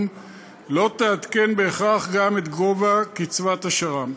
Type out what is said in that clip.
לא תעדכן בהכרח גם את גובה קצבת השר"מ.